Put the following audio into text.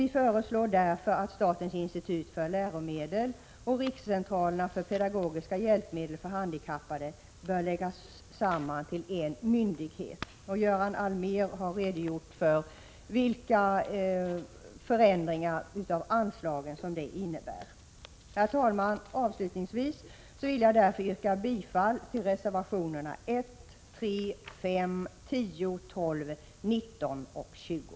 Vi föreslår därför att statens institut för läromedelsinformation och rikscentralerna för pedagogiska hjälpmedel för handikappade läggs samman till en myndighet. Göran Allmér har redogjort för vilka förändringar i anslagen som detta innebär. Herr talman! Avslutningsvis vill jag yrka bifall till reservationerna 1, 3, 5, 10, 12, 19 och 20.